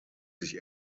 sich